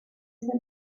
simple